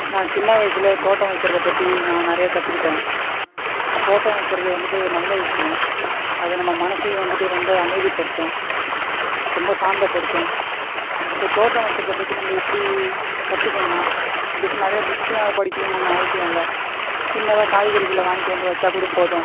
நான் சின்ன வயசில் தோட்ட வைக்கிறத பற்றி நான் நிறையா கற்றுக்கிட்ட தோட்ட வைக்கிறது வந்துட்டு ஒரு நல்ல விஷயோம் அதை நம்ம மனசையும் வந்துட்டு ரொம்ப அமைதிப்படுத்தும் ரொம்ப சாந்தப்படுத்தும் இப்போ தோட்ட வைக்கிரத பற்றி நம்ம எப்படி கற்றுக்கணுன்னா அதுக்கு நிறையா புக்ஸ்லா படிக்கணுன்னு ஒன்று அவசியம் இல்லை சின்னதாக காய்கறிகளை வாங்கிட்டு வந்து வச்சால் கூட போதும்